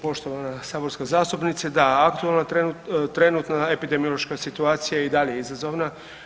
Poštovana saborska zastupnice, da aktualna trenutna epidemiološka situacija i dalje je izazovna.